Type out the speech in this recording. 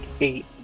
eight